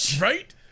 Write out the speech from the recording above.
Right